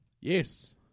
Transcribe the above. Yes